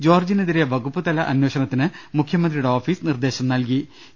ജോർജ്ജിനെതിരെ വകുപ്പുതല അന്വേഷണത്തിന് മുഖ്യമ ന്ത്രിയുടെ ഓഫീസ് നിർദ്ദേശം നൽകിയിട്ടുണ്ട്